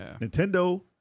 Nintendo